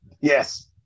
Yes